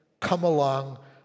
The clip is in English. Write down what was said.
come-along